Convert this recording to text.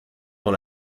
dans